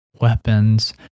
weapons